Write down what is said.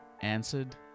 answered